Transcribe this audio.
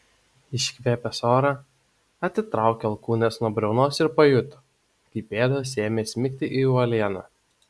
iškvėpęs orą atitraukė alkūnes nuo briaunos ir pajuto kaip pėdos ėmė smigti į uolieną